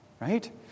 right